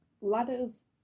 Ladders